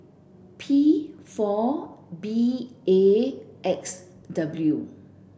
P four B A X W